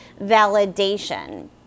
validation